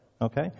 okay